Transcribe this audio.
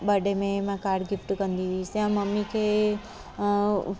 birthday में मां card gift कंदी हुअसि ऐं मम्मी खे